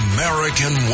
American